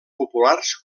populars